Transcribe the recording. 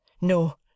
No